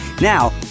now